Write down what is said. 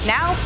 Now